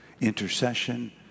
intercession